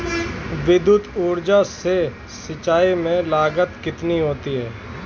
विद्युत ऊर्जा से सिंचाई में लागत कितनी होती है?